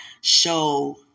show